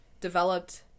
developed